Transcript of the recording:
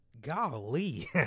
golly